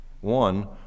One